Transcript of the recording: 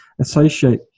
associate